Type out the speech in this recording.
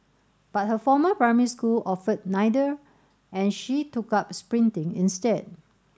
but her former primary school offered neither and she took up sprinting instead